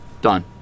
done